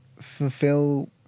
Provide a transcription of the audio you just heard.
fulfill